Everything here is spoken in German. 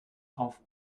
auf